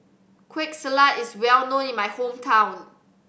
Kueh Salat is well known in my hometown